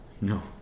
No